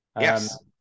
Yes